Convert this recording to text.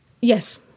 Yes